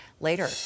Later